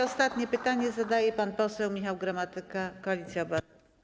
Ostatnie pytanie zadaje pan poseł Michał Gramatyka, Koalicja Obywatelska.